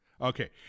Okay